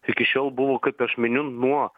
iki šiol buvo kaip aš miniu nuo